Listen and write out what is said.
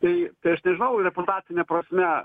tai tai aš nežinau reputacine prasme